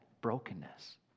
brokenness